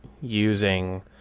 using